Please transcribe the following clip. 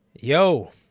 yo